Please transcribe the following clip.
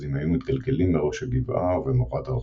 מוגזים היו מתגלגלים מראש הגבעה ובמורד הרחוב.